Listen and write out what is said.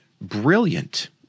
brilliant